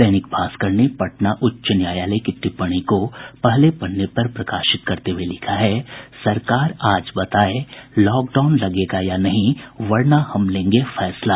दैनिक भास्कर ने पटना उच्च न्यायालय की टिप्पणी को पहले पन्ने पर प्रकाशित करते हुए लिखा है सरकार आज बताये कि लॉकडाउन लगेगा या नहीं वरना हम लेंगे फैसला